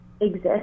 exist